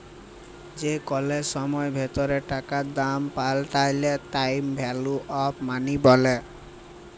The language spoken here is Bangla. যে কল সময়ের ভিতরে টাকার দাম পাল্টাইলে টাইম ভ্যালু অফ মনি ব্যলে